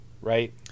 Right